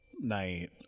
night